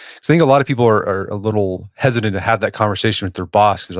think a lot of people are are a little hesitant to have that conversation with their boss. because